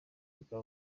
bwa